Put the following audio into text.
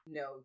no